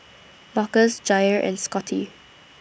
Marcus Jair and Scotty